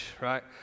right